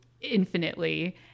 infinitely